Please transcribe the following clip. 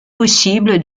possible